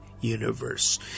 universe